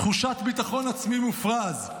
תחושת ביטחון עצמי מופרז,